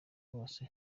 bose